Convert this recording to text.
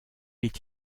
est